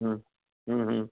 ਹਮ